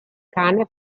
cane